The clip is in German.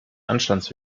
anstandes